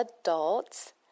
adults